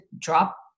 drop